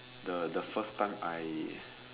the the first time I